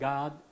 God